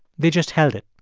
they just held it.